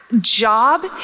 job